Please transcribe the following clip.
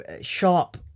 sharp